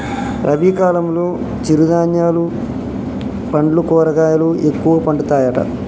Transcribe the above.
రబీ కాలంలో చిరు ధాన్యాలు పండ్లు కూరగాయలు ఎక్కువ పండుతాయట